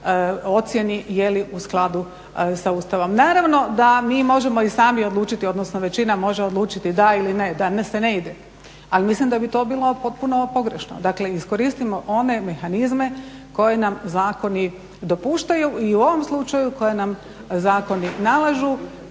ocijeni je li u skladu sa Ustavom. Naravno da mi možemo i sami odlučiti odnosno većina može odlučiti da ili ne, da se ne ide ali mislim da bi to bilo potpuno pogrešno. Dakle, iskoristimo one mehanizme koje nam zakoni dopuštaju i u ovom slučaju koje nam zakoni nalažu